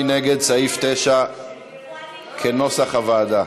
מי נגד סעיף 9 כנוסח הוועדה?